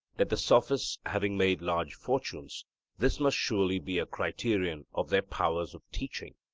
that the sophists having made large fortunes this must surely be a criterion of their powers of teaching,